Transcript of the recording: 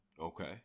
Okay